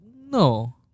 No